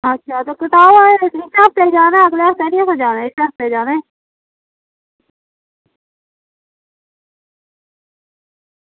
ते अच्छा कटाओ ते इस हफ्ते जाना अगले हफ्ते निं जाना इस हफ्ते जाना